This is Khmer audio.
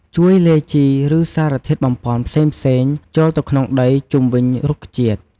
ជួយលាយជី ឬសារធាតុបំប៉នផ្សេងៗចូលទៅក្នុងដីជុំវិញរុក្ខជាតិ។